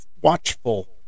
watchful